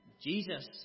Jesus